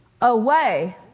away